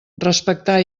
respectar